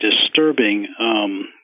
disturbing